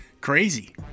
Crazy